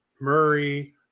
Murray